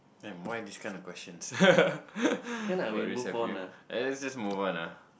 damn why this kind of questions what risk have you I think let's just move on ah